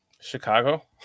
Chicago